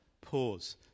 pause